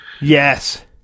Yes